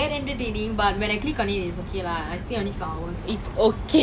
oh ya did you err hear about the I O_S fourteen update